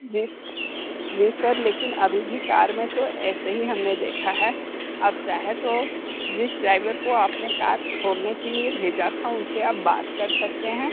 जी जी सर लेकिन अभी भी कार में तो ऐसे ही हम ने देखा है आप चाहें तो जिस ड्राइवर को आपने कार छोड़ने के लिए भेजा था उनसे आप बात कर सकते हैं